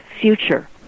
future